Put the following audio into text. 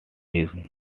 him